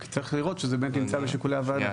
רק צריך לראות שזה באמת נמצא בשיקולי הוועדה.